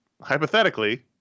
Hypothetically